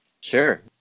Sure